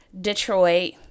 Detroit